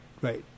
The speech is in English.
right